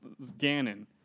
Ganon